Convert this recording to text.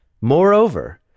Moreover